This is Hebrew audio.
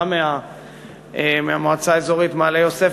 בא מהמועצה האזורית מעלה-יוסף,